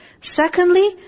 Secondly